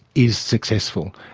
is successful.